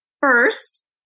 First